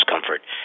discomfort